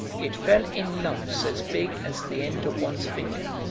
it fell in lumps as big as the end of one's finger.